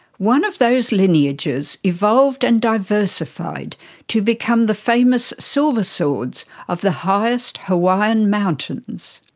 one of those lineages evolved and diversified to become the famous silverswords of the highest hawaiian mountains.